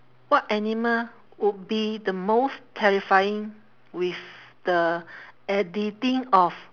what animal would be the most terrifying with the editing of